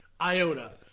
iota